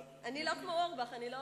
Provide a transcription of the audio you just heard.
אני לא כמו אורבך, אני לא